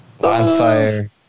Bonfire